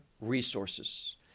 resources